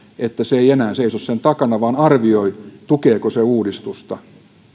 että se ei enää seiso sen takana vaan arvioi tukeeko se uudistusta